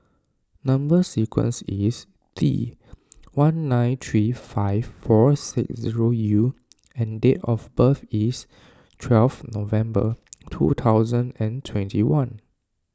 Number Sequence is T one nine three five four six zero U and date of birth is twelve November two thousand and twenty one